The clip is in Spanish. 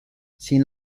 sin